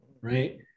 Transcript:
right